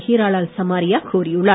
ஹீராலால் சமாரியா கூறியுள்ளார்